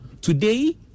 Today